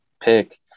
pick